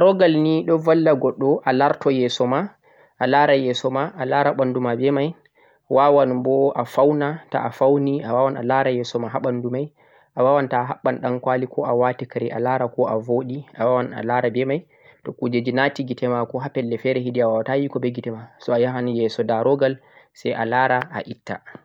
darughal ni do valla goddo a larto yeso ma a laara yeso ma a lara mbandu ma beh mai wawan boh a fauna to'a fauni a wawan a lara yeso ma ha mbandu mai a wawan to'a habban dankwali ko'a wati kare alara ko'a vodi a wawan alara beh mai to kujeji nati gite ma ko ha pellel fere hedi a wawata yi'ugo beh gite ma so a yahan yeso darughal sai a lara a itta